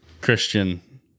Christian